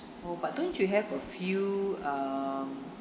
oh but don't you have a few um